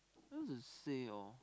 how to say orh